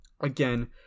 again